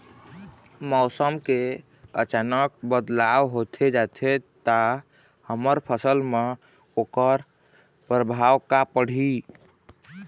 मौसम के अचानक बदलाव होथे जाथे ता हमर फसल मा ओकर परभाव का पढ़ी?